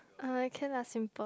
uh can lah simple